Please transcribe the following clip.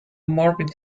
morbid